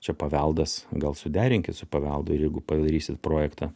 čia paveldas gal suderinkit su paveldu ir jeigu padarysit projektą